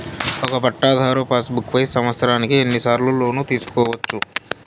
ఒక పట్టాధారు passbook పై సంవత్సరానికి ఎన్ని సార్లు లోను తీసుకోవచ్చు?